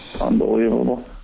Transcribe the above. Unbelievable